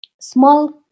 small